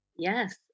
Yes